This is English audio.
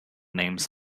names